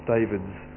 David's